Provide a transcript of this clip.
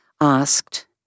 asked